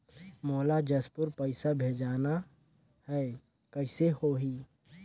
मोला जशपुर पइसा भेजना हैं, कइसे होही?